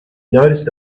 noticed